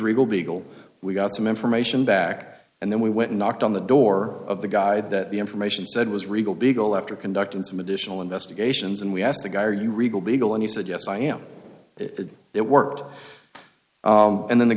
regal beagle we got some information back and then we went and knocked on the door of the guy that the information said was regal beagle after conducting some additional investigations and we asked the guy are you regal beagle and he said yes i am that it worked and then the